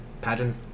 pageant